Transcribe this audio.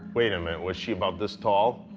wait a minute. was she about this tall?